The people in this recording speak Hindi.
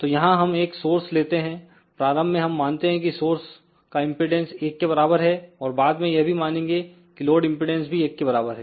तो यहां हम एक सोर्स लेते हैं प्रारंभ में हम मानते हैं कि सोर्स का इंपेडेंस 1 के बराबर है और बाद में हम यह भी मानेंगे की लोड इंपेडेंस भी 1 के बराबर है